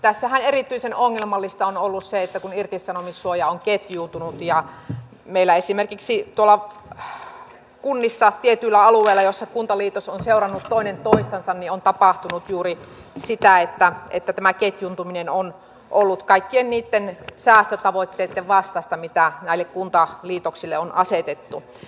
tässähän erityisen ongelmallista on ollut se että kun irtisanomissuoja on ketjuuntunut meillä esimerkiksi tuolla kunnissa tietyillä alueilla joilla kuntaliitos on seurannut toinen toistansa niin on tapahtunut juuri sitä että tämä ketjuuntuminen on ollut kaikkien niitten säästötavoitteitten vastaista mitä näille kuntaliitoksille on asetettu